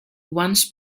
once